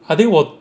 I think 我